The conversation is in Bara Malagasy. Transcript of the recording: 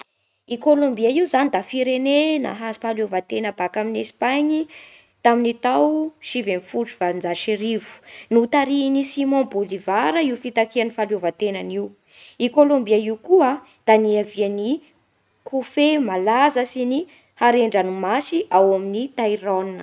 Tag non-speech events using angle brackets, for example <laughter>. I Kolombia io zany da firene nahazo fahaleovan-tena baka amin'ny Espagne tamin'ny tao sivy ambin'ny folo sy valonjato sy arivo. Notarihin'i Simon Boulevard io fitakia ny fahaleovan-tena io. I Kolombia io koa da nihavian'ny <hesitation> kofehy malaza sy ny haren-dranomasy ao amin'ny Tairôna.